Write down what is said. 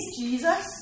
Jesus